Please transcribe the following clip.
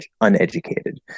uneducated